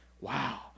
wow